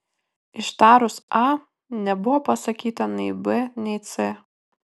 ištarus a nebuvo pasakyta nei b nei c